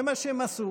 זה מה שהם עשו,